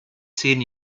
zehn